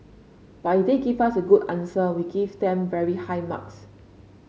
but if they give us a good answer we give them very high marks